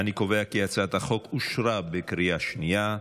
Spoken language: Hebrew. אני קובע כי הצעת החוק אושרה בקריאה השנייה.